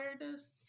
awareness